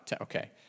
okay